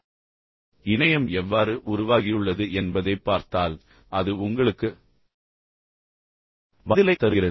இப்போது இணையம் எவ்வாறு உருவாகியுள்ளது என்பதைப் பார்த்தால் அது உங்களுக்கு பதிலைத் தருகிறது